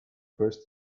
first